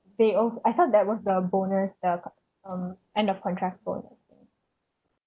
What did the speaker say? they owed I thought that was the bonus the um end of contract bonus